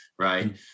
Right